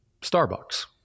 Starbucks